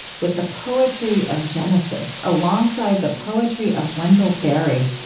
with the poetry of genesis alongside the poetry of wendell berry,